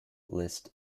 list